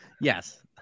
Yes